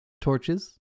torches